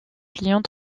pliant